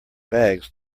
bags